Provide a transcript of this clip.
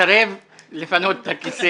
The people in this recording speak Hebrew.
השלטון בחזרה ואני מסרב לפנות את הכיסא.